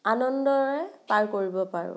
আনন্দৰে পাৰ কৰিব পাৰোঁ